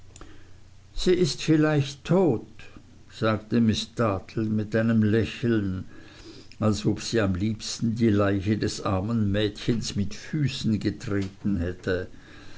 sie ist vielleicht tot sagte miß dartle mit einem lächeln als ob sie am liebsten die leiche des armen mädchens mit füßen getreten hätte